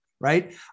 right